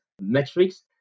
metrics